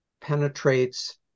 penetrates